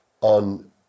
on